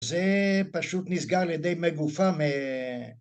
‫זה פשוט נסגר על ידי מגופה, ‫...